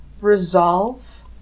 resolve